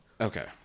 Okay